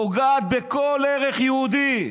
פוגעת בכל ערך יהודי.